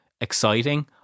exciting